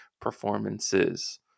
performances